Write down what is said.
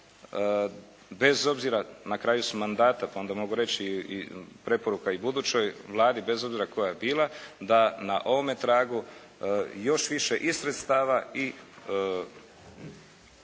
Bez obzira, na kraju smo mandata pa onda mogu reći i preporuka i budućoj Vladi bez obzira koja bila da na ovome tragu još više i sredstava i